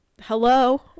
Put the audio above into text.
hello